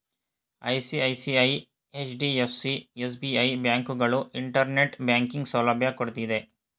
ICICI, HDFC, SBI, ಬ್ಯಾಂಕುಗಳು internet banking ಸೌಲಭ್ಯ ಕೊಡ್ತಿದ್ದೆ